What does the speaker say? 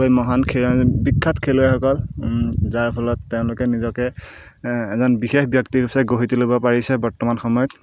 মহান বিখ্যাত খেলুৱৈসকল যাৰ ফলত তেওঁলোকে নিজকে এজন বিশেষ ব্যক্তিৰূপে গঢ়ি তুলিব পাৰিছে বৰ্তমান সময়ত